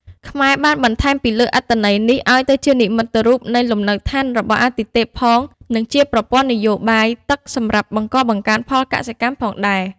ខ្មែរ បានបន្ថែមពីលើអត្ថន័យ នេះ អោយទៅជានិមិត្តរូបនៃលំនៅឋានរបស់អាទិទេពផង និងជាប្រពន្ធ័នយោបាយទឹកសំរាប់បង្កបង្កើនផលកសិកម្មផងដែរ ។